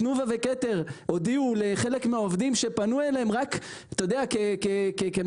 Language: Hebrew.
ותנובה וכתר הודיעו לחלק מהעובדים שפנו אליהם הם כבר